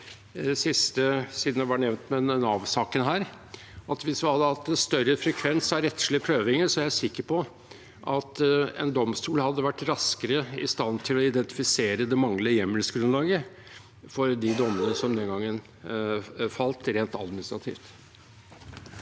siden Nav-saken var nevnt her, at hvis vi hadde hatt en større frekvens av rettslige prøvinger, er jeg sikker på at en domstol hadde vært raskere i stand til å identifisere det manglende hjemmelsgrunnlaget for de dommene som den gangen falt, rent administrativt.